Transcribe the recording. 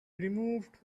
removed